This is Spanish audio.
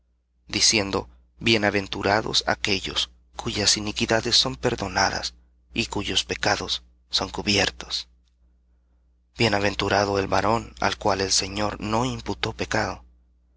obras bienaventurados aquellos cuyas iniquidades son perdonadas y cuyos pecados son cubiertos bienaventurado el varón al cual el señor no imputó pecado